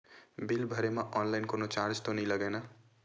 Bill भरे मा online कोनो चार्ज तो नई लागे ना?